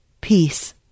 Peace